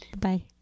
Bye